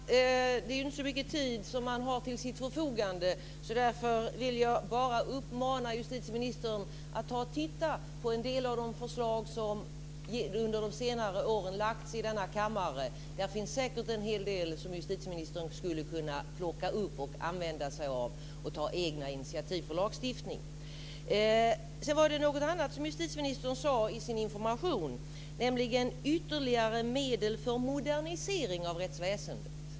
Fru talman! Det är inte så mycket tid som man har till sitt förfogande, så därför vill jag bara uppmana justitieministern att titta på en del av de förslag som under de senaste åren lagts fram i denna kammare. Där finns säkert en hel del som justitieministern skulle kunna plocka upp och använda sig av, och sedan ta egna initiativ för lagstiftning. Sedan var det något annat som justitieministern sade i sin information. Han talade nämligen om ytterligare medel för modernisering av rättsväsendet.